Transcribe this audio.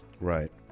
Right